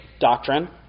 doctrine